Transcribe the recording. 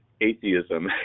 atheism